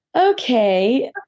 okay